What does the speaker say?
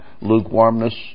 lukewarmness